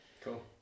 Cool